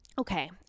Okay